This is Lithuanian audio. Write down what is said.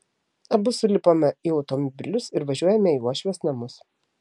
abu sulipame į automobilius ir važiuojame į uošvės namus